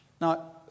Now